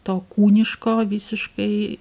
to kūniško visiškai